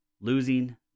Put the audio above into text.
losing